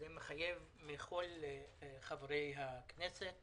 זה מחייב מכל חברי הכנסת